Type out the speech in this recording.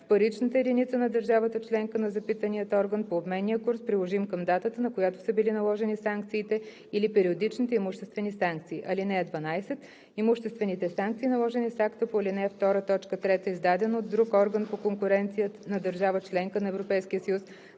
в паричната единица на държавата членка на запитания орган по обменния курс, приложим към датата, на която са били наложени санкциите или периодичните имуществени санкции. (12) Имуществените санкции, наложени с акта по ал. 2, т. 3, издаден от друг орган по конкуренция на държава – членка на Европейския съюз,